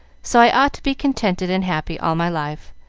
so i ought to be contented and happy all my life,